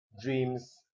dreams